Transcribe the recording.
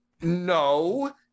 no